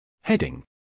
Heading